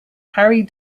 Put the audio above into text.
harry